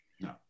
no